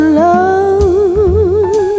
love